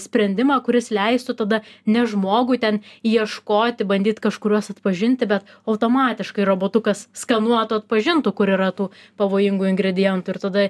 sprendimą kuris leistų tada ne žmogui ten ieškoti bandyt kažkuriuos atpažinti be automatiškai robotukas skenuotų atpažintų kur yra tų pavojingų ingredientų ir tada